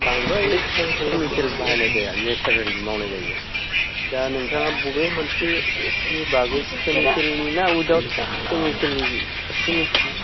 बांद्राय केमिकेल बाहायनाय जाया नेसारेल मावनाय जायो दा नोंथाङा बबे मोनसे नि बागै केमिकेलनि ना उइदाउट केमिकेलनि फारसे मिथिनो